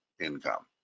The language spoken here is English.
income